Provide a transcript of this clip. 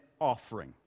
offering